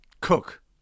Cook